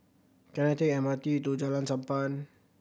can I take M R T to Jalan Sappan